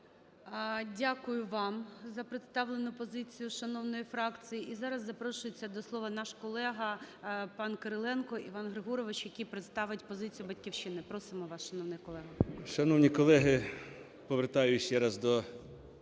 Дякую вам за представлену позицію шановної фракції. І зараз запрошується до слова наш колега пан Кириленко Іван Григорович, який представить позицію "Батьківщині". Просимо вас, шановний колего. 12:55:48 КИРИЛЕНКО І.Г. Шановні колеги, повертаюсь ще раз до